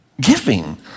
giving